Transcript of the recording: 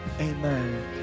Amen